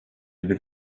bir